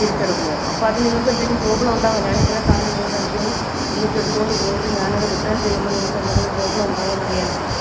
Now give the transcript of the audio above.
തിരിച്ചെടുക്കുമോ അപ്പോൾ അത് നിങ്ങൾക്കെന്തെങ്കിലും പ്രോബ്ലം ഉണ്ടാകുമോ ഞാനിത്രയും സാധനം നിങ്ങളുടെ അടുത്തു നിന്ന് ഒന്നിച്ചെടുത്തുകൊണ്ട് പോയിട്ട് ഞാനത് റിട്ടേൺ ചെയ്യുമ്പം നിങ്ങൾക്കെന്തെങ്കിലും പ്രോബ്ലം ഉണ്ടാകുമോ എന്നറിയാനായിരുന്നു